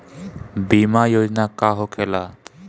बीमा योजना का होखे ला?